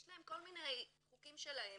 יש להם כל מיני חוקים שלהם.